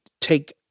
take